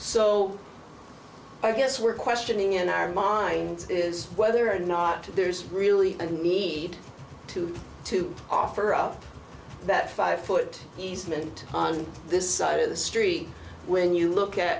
so i guess we're questioning in our minds is whether or not there's really a need to to offer up that five foot men on this side of the street when you look at